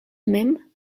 mem